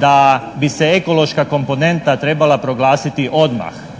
da bi se ekološka komponenta trebala proglasiti odmah.